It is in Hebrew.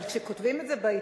אבל כשכותבים את זה בעיתון,